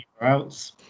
else